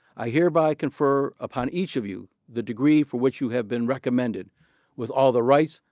i hereby confer upon each of you the degree for which you have been recommended with all the rights,